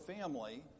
family